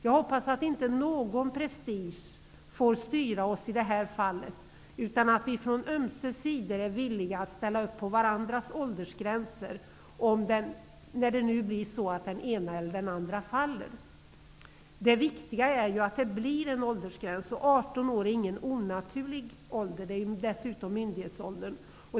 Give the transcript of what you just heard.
Jag hoppas att inte någon prestige får styra oss i det här fallet, utan att vi från ömse sidor är villiga att ställa upp på varandras åldersgränser, om det blir så att den ena eller den andra faller. Det viktiga är ju att det blir en åldersgräns. 18 år är ingen onaturlig gräns. Det är dessutom myndighetsåldern.